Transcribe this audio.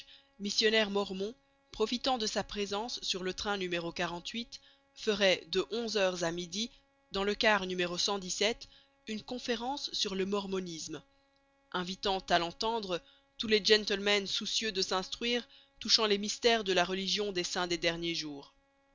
missionnaire mormon profitant de sa présence sur le train n ferait de onze heures à midi dans le car n une conférence sur le mormonisme invitant à l'entendre tous les gentlemen soucieux de s'instruire touchant les mystères de la religion des saints des derniers jours